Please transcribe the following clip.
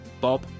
Bob